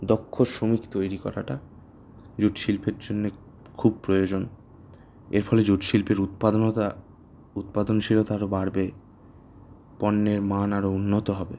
দক্ষ শ্রমিক তৈরি করাটা জুট শিল্পের জন্যে খুব প্রয়োজন এর ফলে জুট শিল্পের উৎপাদনতা উৎপাদনশীলতা আরও বাড়বে পণ্যের মান আরও উন্নত হবে